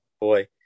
boy